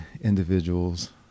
individuals